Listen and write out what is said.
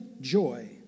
joy